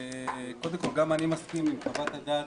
קודם כול גם אני מסכים עם חוות הדעת,